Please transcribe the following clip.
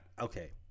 okay